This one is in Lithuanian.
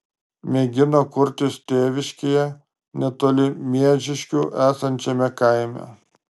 mėgino kurtis tėviškėje netoli miežiškių esančiame kaime